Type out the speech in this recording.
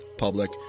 Public